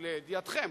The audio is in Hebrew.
לידיעתכם,